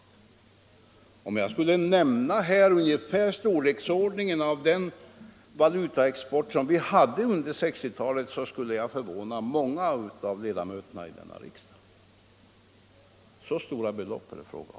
Om jag skulle nämna den ungefärliga storleksordningen av valutaexporten under 1960-talet, skulle jag förvåna många av ledamöterna av denna riksdag. Så stora belopp är det fråga om.